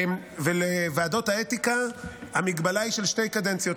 ולוועדות האתיקה המגבלה היא של שתי קדנציות.